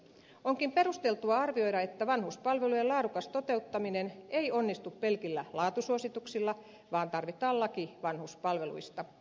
onkin perusteltua arvioida että vanhuspalvelujen laadukas toteuttaminen ei onnistu pelkillä laatusuosituksilla vaan tarvitaan laki vanhuspalveluista